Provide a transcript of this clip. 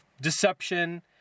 deception